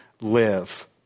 live